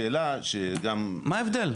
השאלה, שגם --- מה ההבדל?